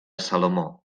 salomó